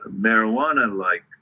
marijuana-like